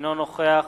אינו נוכח